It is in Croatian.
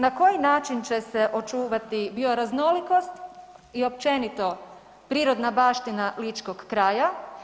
Na koji način će se očuvati bioraznolikost i općenito prirodna baština ličkog kraja?